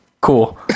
cool